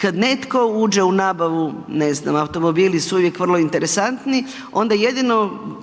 Kad netko uđe u nabavu, ne znam, automobili su uvijek vrlo interesantni, onda jedino